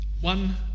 One